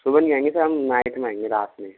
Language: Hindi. सुबह नहीं आयेंगे सर हम नाइट मे आएंगे रात में